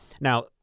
Now